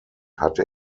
hatte